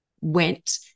went